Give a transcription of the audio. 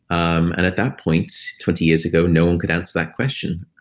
um and at that point, twenty years ago, no one could answer that question.